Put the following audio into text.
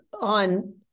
on